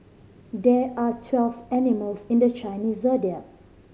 there are twelve animals in the Chinese Zodiac